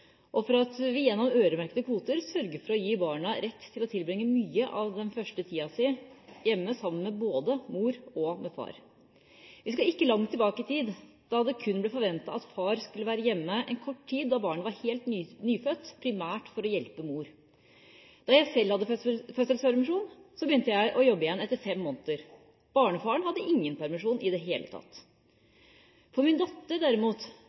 og for at vi gjennom øremerkede kvoter sørger for å gi barna rett til å tilbringe mye av den første tida hjemme sammen med både mor og far. Det er ikke lenge siden det kun ble forventet at far skulle være hjemme en kort tid da barnet var helt nyfødt, primært for å hjelpe mor. Da jeg selv hadde fødselspermisjon, begynte jeg å jobbe igjen etter fem måneder. Barnefaren hadde ingen permisjon i det hele tatt. For min datter, derimot,